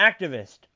activist